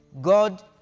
God